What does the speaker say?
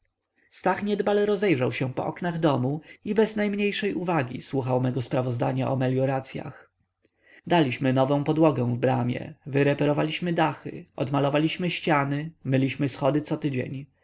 stach niedbale rozejrzał się po oknach domu i bez najmniejszej uwagi słuchał mego sprawozdania o melioracyach daliśmy nową podłogę w bramie wyreparowaliśmy dachy odmalowaliśmy ściany myliśmy schody cotydzień